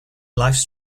lifes